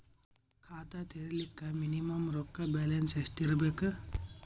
ಖಾತಾ ತೇರಿಲಿಕ ಮಿನಿಮಮ ರೊಕ್ಕ ಬ್ಯಾಲೆನ್ಸ್ ಎಷ್ಟ ಇರಬೇಕು?